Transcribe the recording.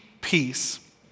peace